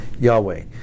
Yahweh